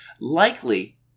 likely